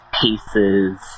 pieces